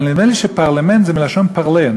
אבל נדמה לי שפרלמנט זה מלשון parler,